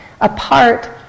apart